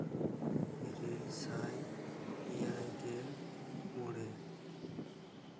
ᱤᱨᱟᱹᱞ ᱥᱟᱭ ᱮᱭᱟᱭ ᱜᱮᱞ ᱢᱚᱬᱮ